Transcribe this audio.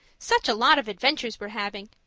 such a lot of adventures we're having!